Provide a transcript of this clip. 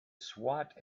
swat